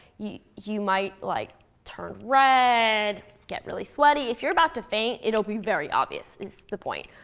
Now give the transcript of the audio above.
you you might like turned red, get really sweaty. if you're about to faint, it'll be very obvious is the point.